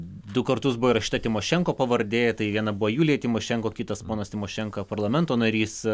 du kartus buvo įrašyta timošenko pavardė tai viena buvo julija timošenko kitas ponas timošenka parlamento narys